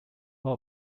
all